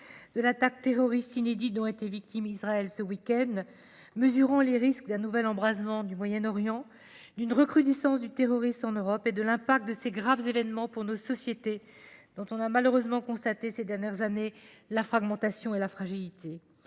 de l’attaque terroriste inédite dont a été victime Israël ce week-end. Nous mesurons les risques d’un nouvel embrasement du Moyen-Orient, d’une recrudescence du terrorisme en Europe, et l’impact de ces graves événements pour nos sociétés, dont on a malheureusement constaté, ces dernières années, la fragmentation et la fragilité.